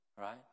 right